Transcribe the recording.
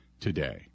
today